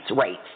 rates